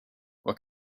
what